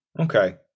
Okay